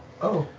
oh.